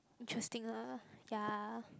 interesting lah ya